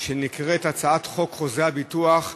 שנקראת הצעת חוק חוזה הביטוח (תיקון,